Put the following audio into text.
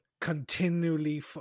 continually